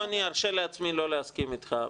פה אני ארשה לעצמי לא להסכים איתך,